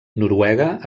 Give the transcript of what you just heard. noruega